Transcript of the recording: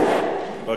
אדוני.